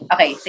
Okay